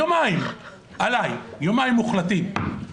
יומיים עליי, יומיים מוחלטים.